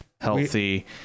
healthy